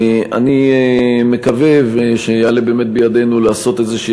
אני מקווה שיעלה באמת בידנו לעשות איזושהי